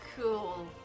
Cool